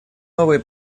новые